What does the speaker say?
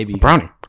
brownie